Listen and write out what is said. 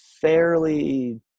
fairly